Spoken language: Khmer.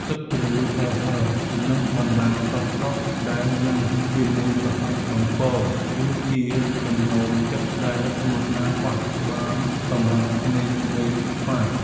ទឹកជ្រលក់ហឹរៗនិងបន្លែស្រស់ៗដែលញ៉ាំជាមួយប្រហិតបំពងគឺជាចំណូលចិត្តដែលមិនអាចខ្វះបានសម្រាប់ក្មេងៗខ្មែរ។